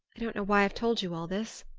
i don't know why i've told you all this.